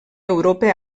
europa